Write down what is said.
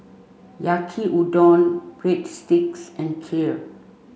Yaki Udon Breadsticks and Kheer